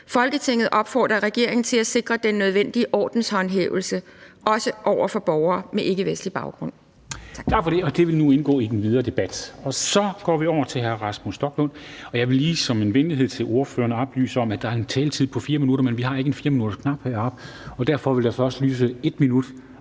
Folketinget opfordrer regeringen til at sikre den nødvendige ordenshåndhævelse – også over for borgere med ikkevestlig baggrund.«